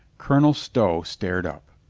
colonel stow started up.